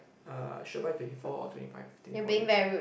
uh should I buy twenty four or twenty five twenty four inch ah